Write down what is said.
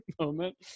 moment